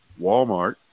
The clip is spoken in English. Walmart